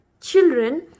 children